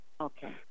Okay